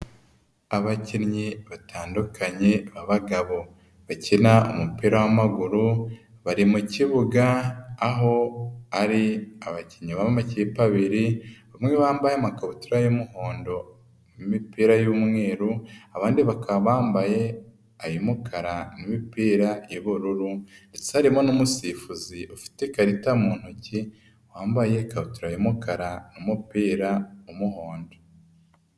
Abakinnyi batandukanye b'abagabo. Bakina umupira w'amaguru, bari mu kibuga aho ari abakinnyi b'amakipe abiri, bamwe bambaye amakabutura y'umuhondo n'imipira y'umweru, abandi bakaba bambaye iy'umukara n'imipira y'ubururu ndetse harimo n'umusifuzi ufite karita mu ntoki, wambaye ikabutura y'umukara n'umupira w'umuhondo.